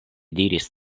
diris